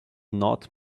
not